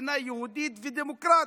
מדינה יהודית ודמוקרטית.